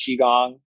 qigong